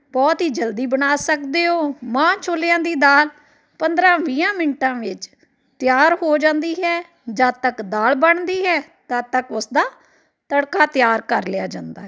ਬਹੁਤ ਹੀ ਜਲਦੀ ਬਣਾ ਸਕਦੇ ਹੋ ਮਾਂਹ ਛੋਲਿਆਂ ਦੀ ਦਾਲ ਪੰਦਰਾਂ ਵੀਹਾਂ ਮਿੰਟਾਂ ਵਿੱਚ ਤਿਆਰ ਹੋ ਜਾਂਦੀ ਹੈ ਜਦੋਂ ਤੱਕ ਦਾਲ ਬਣਦੀ ਹੈ ਤਦ ਤੱਕ ਉਸਦਾ ਤੜਕਾ ਤਿਆਰ ਕਰ ਲਿਆ ਜਾਂਦਾ